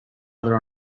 other